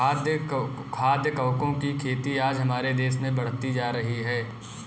खाद्य कवकों की खेती आज हमारे देश में बढ़ती जा रही है